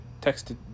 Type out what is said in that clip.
texted